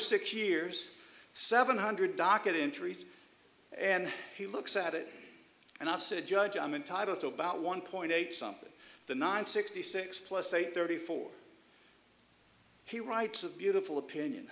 six years seven hundred docket interest and he looks at it and i've said judge i'm entitled to about one point eight something the nine sixty six plus eight thirty four he writes a beautiful opinion